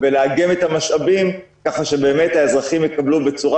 לאגם את המשאבים כך שהאזרחים באמת יקבלו בצורה